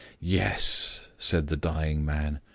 yes! said the dying man,